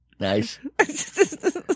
Nice